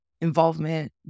involvement